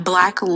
Black